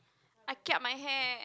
I kiap my hair